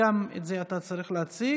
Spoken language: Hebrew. שגם את זה אתה צריך להציג.